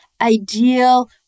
ideal